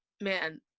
man